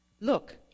Look